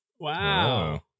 Wow